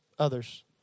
others